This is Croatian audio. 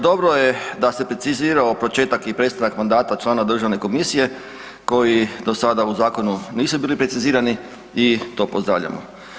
Dobro je da se precizirao početak i prestanak mandata člana državne komisije koji do sada u zakonu nisu bili precizirani i to pozdravljamo.